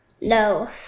no